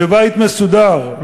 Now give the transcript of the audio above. בבית מסודר,